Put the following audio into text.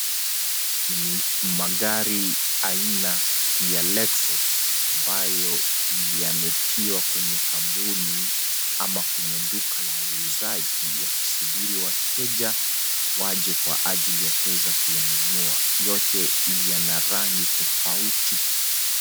Ni magari aina ya Lexus ambayo yametiwa kwenye kampuni ama kwenye duka la uuzaji yakisubiri wateja waje kwa ajili ya kuweza kuyanunua, yote yana rangi tofauti.